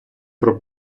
про